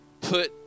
put